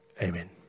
Amen